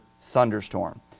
thunderstorm